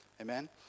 Amen